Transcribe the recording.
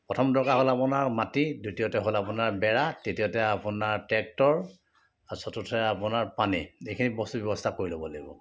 প্ৰথম দৰকাৰ হ'ল আপোনাৰ মাটি দ্বিতীয়তে হ'ল আপোনাৰ বেৰা তৃতীয়তে আপোনাৰ ট্ৰেক্টৰ আৰু চতুৰ্থতে আপোনাৰ পানী এইখিনি বস্তুৰ ব্যৱস্থা ক'ৰি ল'ব লাগিব